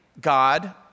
God